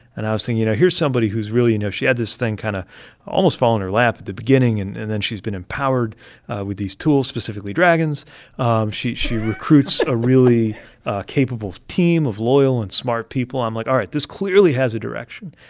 and i was thinking, you know, here's somebody who's really you know, she had this thing kind of almost fall in her lap at the beginning, and and then she's been empowered with these tools, specifically dragons um she she recruits a really capable team of loyal and smart people. i'm like, all right, this clearly has a direction.